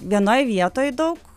vienoj vietoj daug